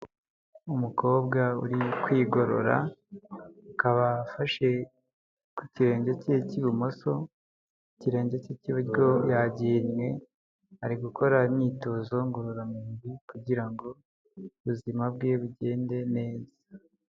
Umukobwa uri kwigorora akaba afashe ku kirenge cye cy'ibumoso, ikirenge cye cy'iburyo yagihinnye. Ari gukora imyitozo ngororamubiri kugira ngo ubuzima bwe bugende neza.